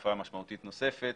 בתקופה משמעותית נוספת,